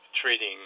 treating